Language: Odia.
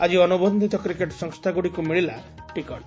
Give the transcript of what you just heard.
ଆଜି ଅନୁବନ୍ଧିତ କ୍ରିକେଟ ସଂସ୍ଥାଗୁଡ଼ିକୁ ମିଳିଲା ଟିକଟ